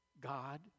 God